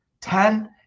ten